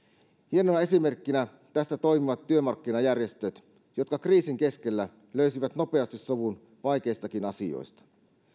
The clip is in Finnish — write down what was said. hienona esimerkkinä tässä toimivat työmarkkinajärjestöt jotka kriisin keskellä löysivät nopeasti sovun vaikeistakin asioista